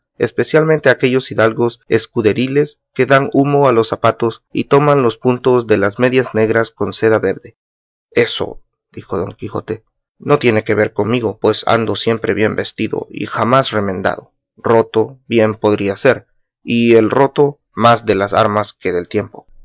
especialmente aquellos hidalgos escuderiles que dan humo a los zapatos y toman los puntos de las medias negras con seda verde eso dijo don quijote no tiene que ver conmigo pues ando siempre bien vestido y jamás remendado roto bien podría ser y el roto más de las armas que del tiempo